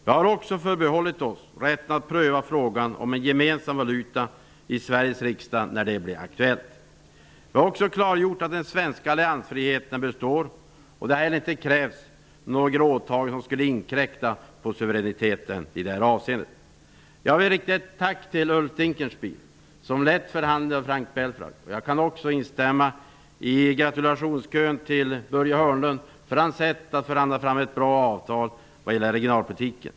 Vi har också förbehållit oss rätten att i Sveriges riksdag pröva frågan om en gemensam valuta när det blir aktuellt. Vi har också klargjort att den svenska alliansfriheten består. Det har inte heller krävts några åtaganden som skulle inkräkta på vår suveränitet i det avseendet. Jag vill rikta ett tack till Ulf Dinkelspiel som lett förhandlingarna med Frank Belfrage. Jag kan också instämma i gratulationskön till Börje Hörnlund för hans sätt att förhandla fram ett bra avtal vad gäller regionalpolitiken.